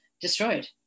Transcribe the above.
destroyed